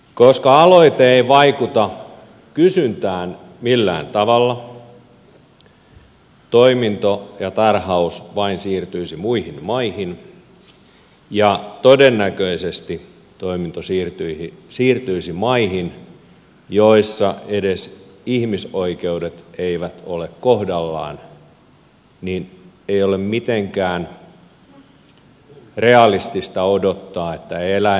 koska aloite ei vaikuta kysyntään millään tavalla toiminto ja tarhaus vain siirtyisivät muihin maihin ja todennäköisesti toiminto siirtyisi maihin joissa edes ihmisoikeudet eivät ole kohdallaan niin ettei ole mitenkään realistista odottaa että eläinten asiat olisivat sitten kohdallaan